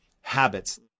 habits